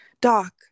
Doc